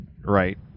right